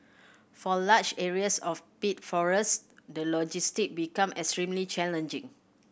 for large areas of peat forest the logistic become extremely challenging